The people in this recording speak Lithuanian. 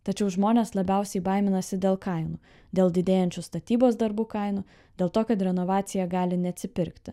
tačiau žmonės labiausiai baiminasi dėl kainų dėl didėjančių statybos darbų kainų dėl to kad renovacija gali neatsipirkti